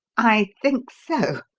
i think so,